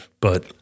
but-